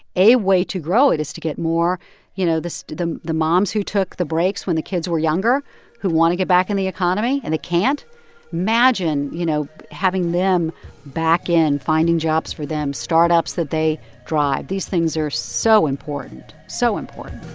a way to grow it is to get more you know, the the moms who took the breaks when the kids were younger who want to get back in the economy and they can't imagine, you know, having them back in, finding jobs for them, startups that they drive. these things are so important so important